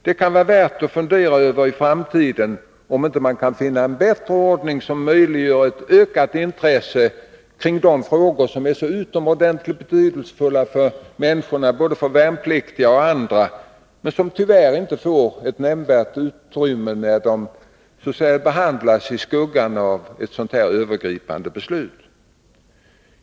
Det är värt att i framtiden fundera över om vi inte kan finna en bättre ordning för handläggningen, en ordning som möjliggör ett ökat intresse för dessa frågor, som är så utomordentligt betydelsefulla för både värnpliktiga och andra men som tyvärr inte får nämnvärt utrymme när de behandlas i skuggan av ett sådant här övergripande beslut.